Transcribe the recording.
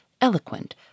eloquent